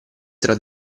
tra